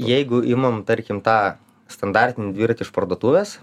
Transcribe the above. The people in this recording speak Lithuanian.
jeigu imam tarkim tą standartinį dviratį iš parduotuvės